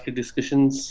discussions